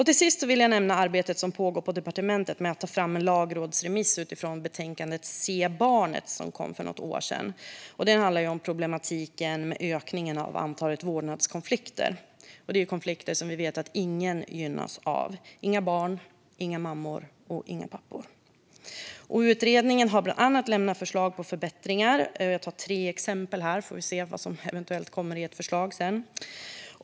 Till sist vill jag nämna det arbete som pågår på departementet med att ta fram en lagrådsremiss utifrån betänkandet Se barnet! som kom för något år sedan. Det handlade om problematiken med ökningen av antalet vårdnadskonflikter. Vi vet att detta är konflikter som ingen gynnas av - inga barn, mammor eller pappor. Utredningen har bland annat lämnat förslag på förbättringar. Jag kan nämna tre exempel här, så får vi se vad som senare eventuellt kommer i ett förslag.